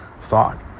thought